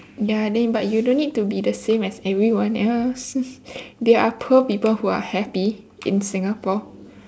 ya then but then you don't need to be the same as everyone else there are poor people who are happy in singapore